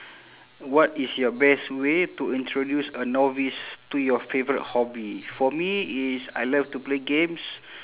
what is your best way to introduce a novice to your favourite hobby for me it's I love to play games